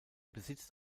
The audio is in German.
besitzt